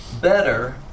better